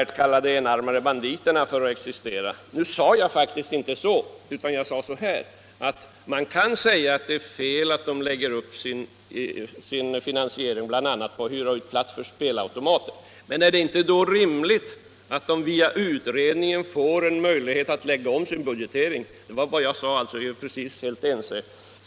s.k. enarmade banditer för att existera. Nu sade jag faktiskt inte så, utan jag sade att man kan göra gällande att det är fel att restaurangerna lägger upp sin finansiering bl.a. genom att hyra ut platser för spelautomater och att det är rimligt att restaurangerna via utredningen får en möjlighet att lägga om sin budgetering. Det var vad jag sade, och vi är alltså helt ense.